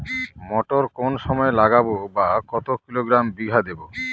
মটর কোন সময় লাগাবো বা কতো কিলোগ্রাম বিঘা দেবো?